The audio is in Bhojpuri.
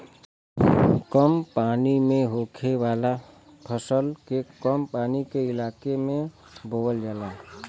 कम पानी में होखे वाला फसल के कम पानी के इलाके में बोवल जाला